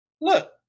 look